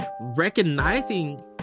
recognizing